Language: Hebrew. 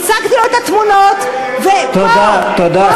הצגתי לו את התמונות, ופה, פה במליאה, תודה.